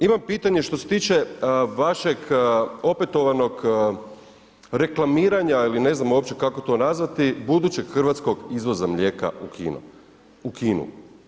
Imam pitanje što se tiče vašeg opetovanog reklamiranja ili ne znam uopće kako to nazvati budućeg hrvatskog izvoza mlijeka u Kinu.